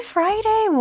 Friday